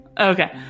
Okay